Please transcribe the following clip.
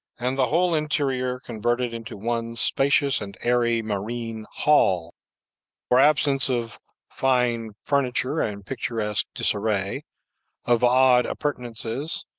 and the whole interior converted into one spacious and airy marine hall for absence of fine furniture and picturesque disarray of odd appurtenances,